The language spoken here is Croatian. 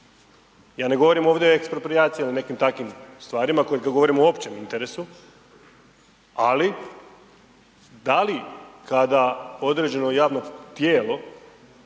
ja ne govorim ovdje o eksproprijaciji o nekim takvim stvarima koji, govorim u općem interesu, ali da li kada određeno javno tijelo